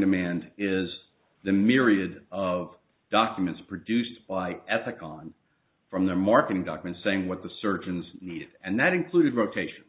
demand is the myriad of documents produced by ethical and from their marketing documents saying what the surgeons need and that includes rotation